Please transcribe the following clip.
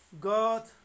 God